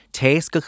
taste